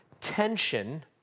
tension